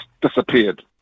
disappeared